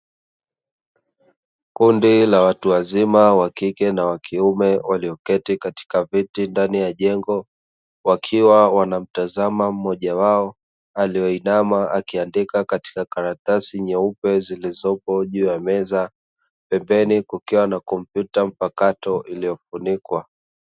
Kundi la watu wazima wakike na wa kiume walioketi katika viti ndani ya jengo, wakiwa wanamtazama mmoja wao aliyeinama akiandika katika karatasi nyeupe zilizopo juu ya meza pembeni kukiwa na kompyuta mpakato iliyofunikwa.